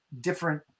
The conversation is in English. different